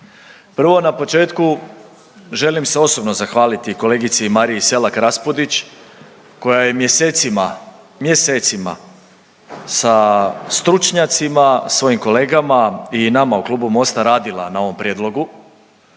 Prvo na početku želim se osobno zahvaliti kolegici Mariji Selak Raspudić koja je mjesecima, mjesecima sa stručnjacima, svojim kolegama i nama u Klubu Mosta radila na ovom prijedlogu